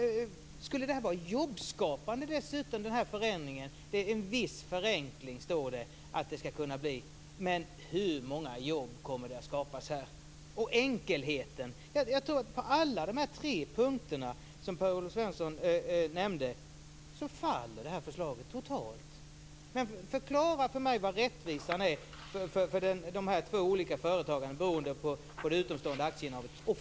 Skulle den här förändringen dessutom vara jobbskapande? Det står att det skall kunna bli en viss förenkling, men hur många jobb kommer att skapas här? Vad gäller enkelheten tror jag att förslaget faller totalt på alla de tre punkter som Per-Olof Svensson nämnde. Förklara för mig varför det är rättvist att skilja de två olika företagarna åt med avseende på utomståendes aktieinnehav!